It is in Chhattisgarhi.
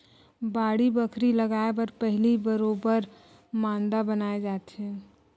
बाड़ी बखरी लगाय बर पहिली बरोबर मांदा बनाए जाथे